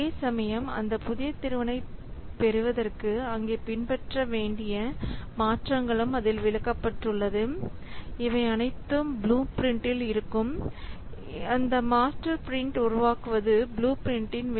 சமயம் அந்த புதிய திறனை பெறுவதற்கு அங்கே பின்பற்ற வேண்டிய மாற்றங்களும் அதில் விளக்கப்பட்டுள்ளது இவை அனைத்தும் ப்ளூ பிரிண்டில் இருக்கும் அந்த மாஸ்டர் பிரின்ட் உருவாக்குவது ப்ளூ பிரிண்ட்டின் வேலை